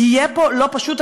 יהיה פה לא פשוט,